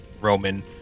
Roman